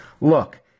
Look